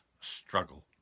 struggle